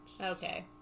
Okay